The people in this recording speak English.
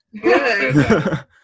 Good